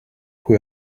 who